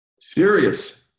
serious